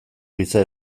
giza